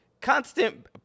constant